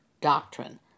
doctrine